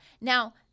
Now